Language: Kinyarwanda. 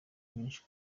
benshi